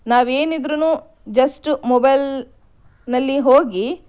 ನಾವೇನಿದ್ರುನು just ಮೊಬೈಲ್ನಲ್ಲಿ ಹೋಗಿ